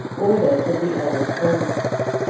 or those of the elder scholiasts.